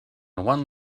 one